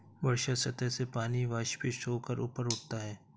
वर्षा सतह से पानी वाष्पित होकर ऊपर उठता है